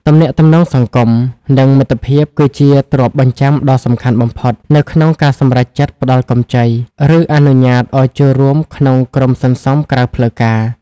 ទំនាក់ទំនងសង្គម និងមិត្តភាពគឺជាទ្រព្យបញ្ចាំដ៏សំខាន់បំផុត នៅក្នុងការសម្រេចចិត្តផ្ដល់កម្ចី ឬអនុញ្ញាតឱ្យចូលរួមក្នុងក្រុមសន្សំក្រៅផ្លូវការ។